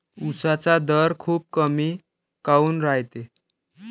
उसाचा दर खूप कमी काऊन रायते?